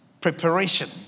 preparation